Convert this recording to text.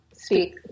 speak